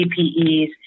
CPEs